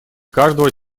каждого